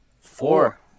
Four